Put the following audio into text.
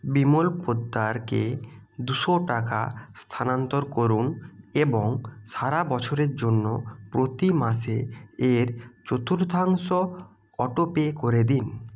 বিমল পোদ্দারকে দুশো টাকা স্থানান্তর করুন এবং সারা বছরের জন্য প্রতি মাসে এর চতুর্থাংশ অটোপে করে দিন